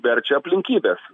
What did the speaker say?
verčia aplinkybės